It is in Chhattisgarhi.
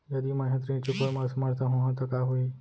यदि मैं ह ऋण चुकोय म असमर्थ होहा त का होही?